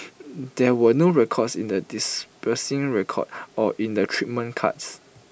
there were no records in the dispersing record or in the treatment cards